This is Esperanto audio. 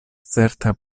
certa